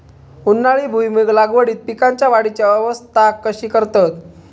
उन्हाळी भुईमूग लागवडीत पीकांच्या वाढीची अवस्था कशी करतत?